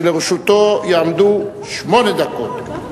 שלרשותו יעמדו שמונה דקות.